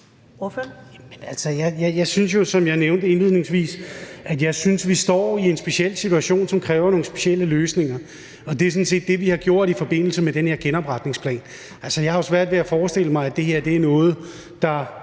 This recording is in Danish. at vi står i en speciel situation, som kræver nogle specielle løsninger. Det er sådan set det, vi har gjort i forbindelse med den her genopretningsplan. Jeg har svært ved at forestille mig, at det her er noget, der